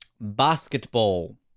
Basketball